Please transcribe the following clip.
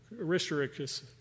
Aristarchus